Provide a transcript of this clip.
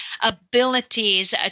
abilities